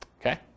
Okay